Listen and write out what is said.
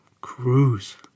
Cruise